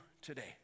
today